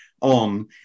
on